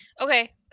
Okay